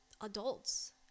adults